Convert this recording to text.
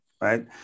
right